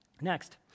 Next